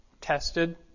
tested